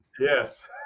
Yes